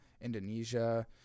Indonesia